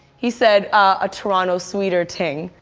he said, a toronto sweeter ting.